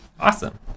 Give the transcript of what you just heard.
awesome